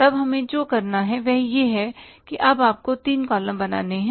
तब हमें जो करना है वह यह है कि अब आपको तीन कॉलम बनाने हैं